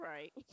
Right